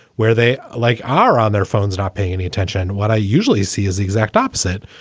where they like are on their phones, not paying any attention. what i usually see is exact opposite,